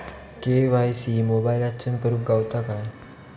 KYC मोबाईलातसून करुक गावता काय?